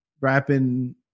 rapping